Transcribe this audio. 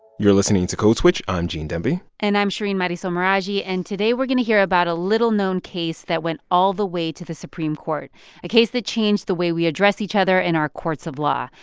you're listening to code switch. i'm gene demby and i'm shereen marisol meraji. and today, we're going to hear about a little-known case that went all the way to the supreme court a case that changed the way we address each other in our courts of law,